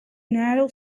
narrow